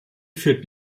führt